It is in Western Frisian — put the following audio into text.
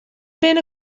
binne